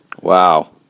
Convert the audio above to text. Wow